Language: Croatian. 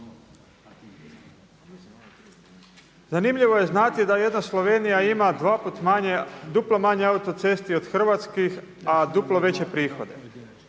Zanimljivo je znati da jedna Slovenija ima dva put manje, duplo manje autocesti od Hrvatske, a duplo veće prihode.